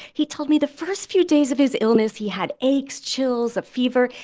he told me the first few days of his illness, he had aches, chills, a fever.